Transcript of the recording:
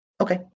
Okay